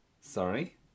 Sorry